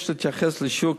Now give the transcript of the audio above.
יש להתייחס לשיעור,